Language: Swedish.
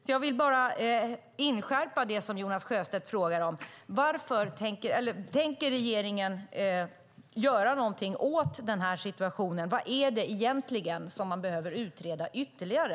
Låt mig inskärpa det som Jonas Sjöstedt frågade om: Tänker regeringen göra något åt denna situation? Vad är det egentligen som man behöver utreda ytterligare?